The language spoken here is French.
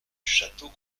château